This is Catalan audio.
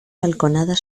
balconada